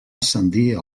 ascendir